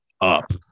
up